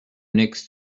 next